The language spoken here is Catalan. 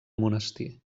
monestir